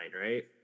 right